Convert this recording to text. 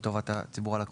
לטובת ציבור הלקוחות.